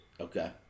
Okay